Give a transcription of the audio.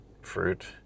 fruit